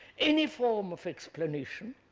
any form of explanation,